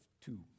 two